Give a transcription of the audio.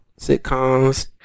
sitcoms